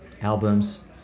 albums